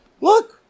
Look